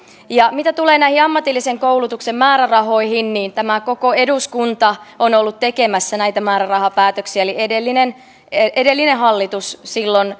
mitä tulee näihin ammatillisen koulutuksen määrärahoihin niin tämä koko eduskunta on ollut tekemässä näitä määrärahapäätöksiä eli edellinen edellinen hallitus